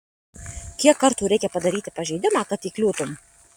kiek kartų reikia padaryti pažeidimą kad įkliūtum